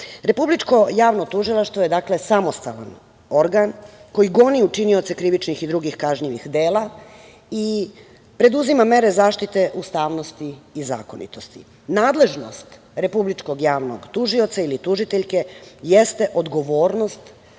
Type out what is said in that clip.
stričevima. Republičko javno tužilaštvo je samostalan organ koji goni učinioce krivičnih i drugih kažnjivih dela i preduzima mere zaštite ustavnosti i zakonitosti. Nadležnost republičkog javnog tužioca ili tužiteljke jeste odgovornost